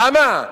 למה?